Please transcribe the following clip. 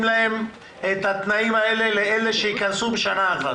את התנאים האלה לאלה שייכנסו בשנה אחת.